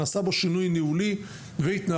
נעשה בו שינוי ניהולי והתנהלותי,